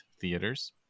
theaters